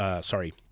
sorry